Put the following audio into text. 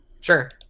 Sure